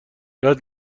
یاد